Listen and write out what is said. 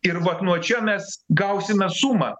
ir vat nuo čia mes gausime sumą